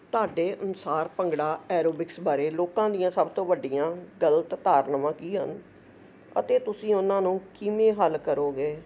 ਤੁਹਾਡੇ ਅਨੁਸਾਰ ਭੰਗੜਾ ਐਰੋਬਿਕਸ ਬਾਰੇ ਲੋਕਾਂ ਦੀਆਂ ਸਭ ਤੋਂ ਵੱਡੀਆਂ ਗਲਤ ਧਾਰਨਵਾਂ ਕੀ ਹਨ ਅਤੇ ਤੁਸੀਂ ਉਹਨਾਂ ਨੂੰ ਕਿਵੇਂ ਹੱਲ ਕਰੋਗੇ